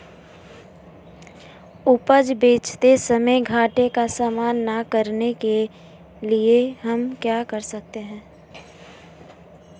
उपज बेचते समय घाटे का सामना न करने के लिए हम क्या कर सकते हैं?